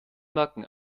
merken